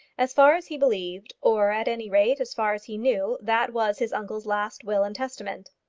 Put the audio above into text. as far as he believed, or at any rate as far as he knew, that was his uncle's last will and testament.